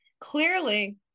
Clearly